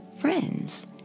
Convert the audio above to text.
Friends